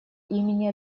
имени